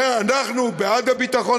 הרי אנחנו בעד הביטחון,